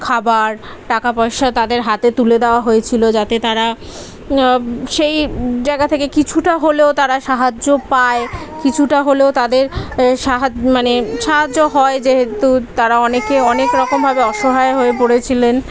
খাবার টাকা পয়সা তাদের হাতে তুলে দেওয়া হয়েছিল যাতে তারা সেই জায়গা থেকে কিছুটা হলেও তারা সাহায্য পায় কিছুটা হলেও তাদের সাহায্য মানে সাহায্য হয় যেহেতু তারা অনেকে অনেক রকমভাবে অসহায় হয়ে পড়েছিলেন